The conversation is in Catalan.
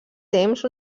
temps